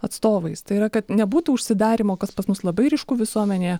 atstovais tai yra kad nebūtų užsidarymo kas pas mus labai ryšku visuomenėje